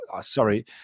sorry